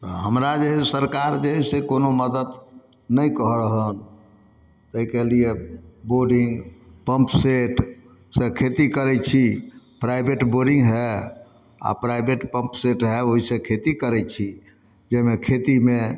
हमरा जे हइ सरकार जे हइ से कोनो मदति नहि कऽ रहल हँ ताहिके लिए बोरिन्ग पम्प सेटसे खेती करै छी प्राइवेट बोरिन्ग हइ आओर प्राइवेट पम्प सेट हइ ओहिसँ खेती करै छी जाहिमे खेतीमे